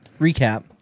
recap